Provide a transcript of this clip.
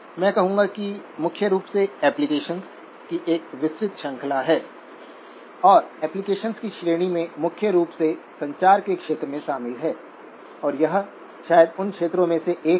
मै मानूंगा कि सभी कपैसिटरस शॉर्ट सर्किटस की तरह व्यवहार करने के लिए काफी बड़े हैं